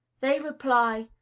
they reply,